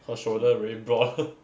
her shoulder very broad